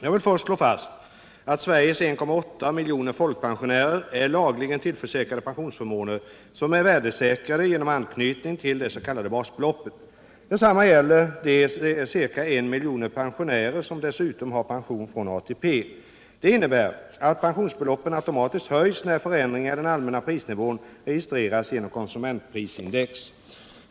Jag vill först slå fast att Sveriges 1,8 miljoner folkpensionärer är lagligen tillförsäkrade pensionsförmåner som är värdesäkrade genom anknytning till det s.k. basbeloppet. Detsamma gäller de ca 1 miljon pensionärer som dessutom har pension från ATP. Det innebär att pensionsbeloppen automatiskt höjs när förändringar i den allmänna prisnivån registreras genom konsumentprisindex.